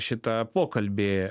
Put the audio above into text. šitą pokalbį